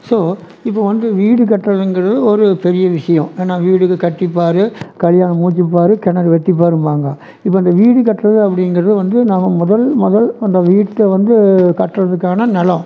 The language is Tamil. ஸோ இப்ப வந்து வீடு கட்றதுங்கிறது ஒரு பெரிய விஷயோம் ஏனால் வீடு கட்டி பார் கல்யாணம் முடிச்சி பார் கிணறு வெட்டி பாரும்பாங்க இப்போ இந்த வீடு கட்டுறது அப்படிங்குறது வந்து நம்ம முதல் முதல் அந்த வீட்டை வந்து கட்டுறதுக்கான நிலம்